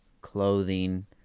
clothing